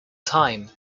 time